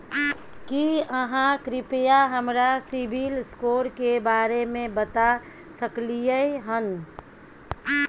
की आहाँ कृपया हमरा सिबिल स्कोर के बारे में बता सकलियै हन?